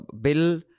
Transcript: bill